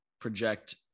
project